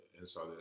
inside